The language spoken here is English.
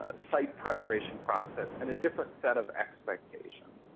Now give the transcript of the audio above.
ah site preparation process, and a different set of expectations.